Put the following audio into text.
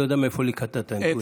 אני לא יודע מאיפה ליקטת את הנתונים.